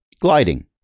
gliding